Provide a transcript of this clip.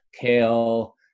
kale